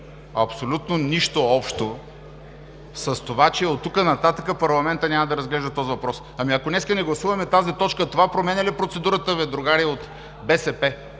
абсолютно нищо общо с това, че оттук нататък парламентът няма да разглежда този въпрос. Ако днес не гласуваме тази точка, това променя ли процедурата, другари от БСП?